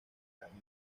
carne